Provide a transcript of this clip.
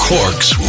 Cork's